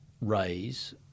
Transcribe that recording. raise